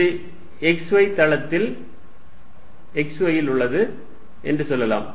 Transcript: இது xy தளத்தில் x y இல் உள்ளது என்று சொல்லலாம்